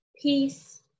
peace